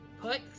Put